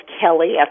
Kelly